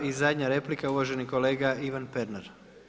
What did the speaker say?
I zadnja replika, uvaženi kolega Ivan Pernar.